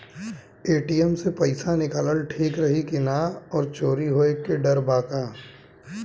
ATM से पईसा निकालल ठीक रही की ना और चोरी होये के डर बा का?